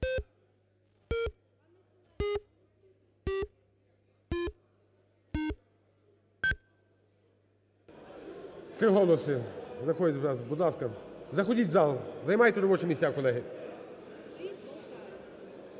Три голоси. Будь ласка, заходьте в зал, займайте робочі місця, колеги.